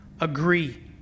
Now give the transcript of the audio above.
agree